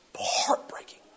heartbreaking